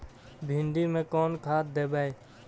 भिंडी में कोन खाद देबै?